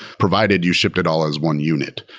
provided you shipped it all as one unit.